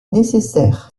nécessaire